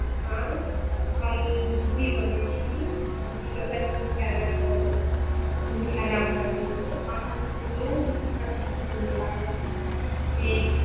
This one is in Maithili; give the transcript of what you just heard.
हँ हम जूही बजैत छी हिन्दी मतलब हिन्दी गानाके हिन्दी गाना हम बनबैत छियै अहाँके लोकगीत हमरा बहुत नीक लागल से